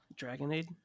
Dragonade